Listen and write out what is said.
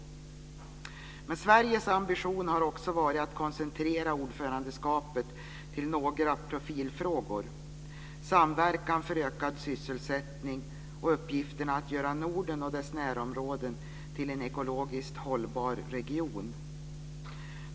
Men Sveriges ambition har också varit att koncentrera ordförandeskapet till några profilfrågor: samverkan för ökad sysselsättning och uppgifterna att göra Norden och dess närområden till en ekologiskt hållbar region.